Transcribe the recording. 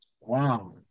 Wow